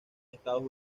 estados